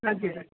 हजुर